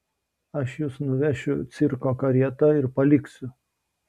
aš jus nuvešiu cirko karieta ir paliksiu